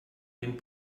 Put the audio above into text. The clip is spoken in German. den